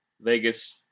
Vegas